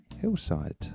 Hillside